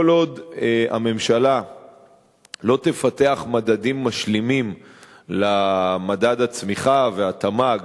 כל עוד הממשלה לא תפתח מדדים משלימים למדד הצמיחה והתמ"ג,